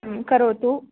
करोतु